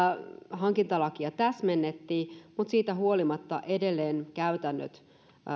hankintalakia täsmennettiin mutta siitä huolimatta käytännöt